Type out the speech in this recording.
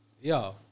Yo